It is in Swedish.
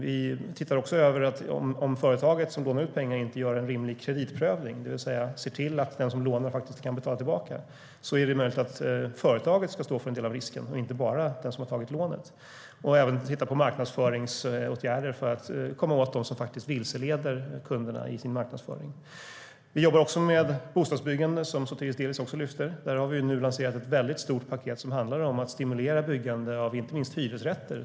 Vi ser över företagen som lånar ut pengarna för att se om de gör en rimlig kreditprövning, det vill säga ser till att den som lånar kan betala tillbaka. Om så inte sker är det möjligt att företaget ska stå för en del av risken, inte bara den som tagit lånet. Dessutom tittar vi på marknadsföringsåtgärder för att komma åt dem som i sin marknadsföring faktiskt vilseleder kunderna. Vi jobbar med bostadsbyggandet, som Sotiris Delis också tar upp. Där har vi lanserat ett stort paket som handlar om att stimulera byggandet inte minst av hyresrätter.